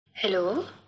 Hello